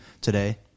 today